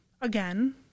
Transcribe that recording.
again